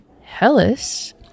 hellas